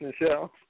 Michelle